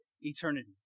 eternity